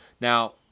Now